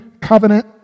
covenant